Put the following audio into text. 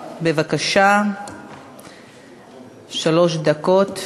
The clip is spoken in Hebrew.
222, 229,